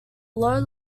low